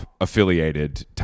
affiliated